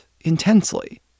intensely